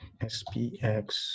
spx